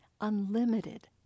unlimited